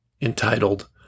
entitled